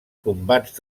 combats